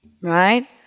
right